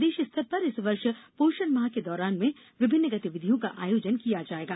प्रदेश स्तर पर इस वर्ष पोषण माह के दौरान में विभिन्न गतिविधियों का आयोजन किया जाएगा